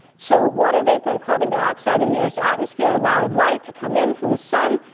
so water vapour and carbon dioxide in the earth's atmosphere allowed light to come in from the sun,